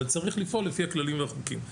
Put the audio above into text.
וצריך לפעול לפי הכללים והחוקים.